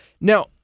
Now